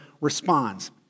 responds